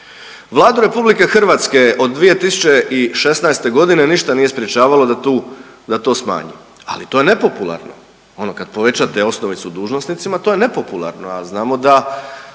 Vladu RH od 2016. godine ništa nije sprječavalo da tu, da to smanji, ali to je nepopularno ono kad povećate osnovicu dužnosnicima to je nepopularno,